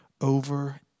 over